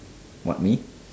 what me